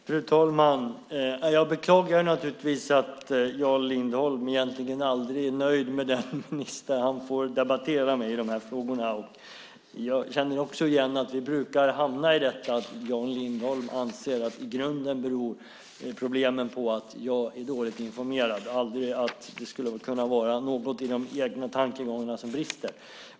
Fru talman! Jag beklagar att Jan Lindholm egentligen aldrig är nöjd med den minister han får debattera med i de här frågorna. Jag känner också igen att vi brukar hamna i detta att problemen i grunden beror på att jag är dåligt informerad. Det handlar aldrig om att det skulle kunna vara någonting i de egna tankegångarna som brister.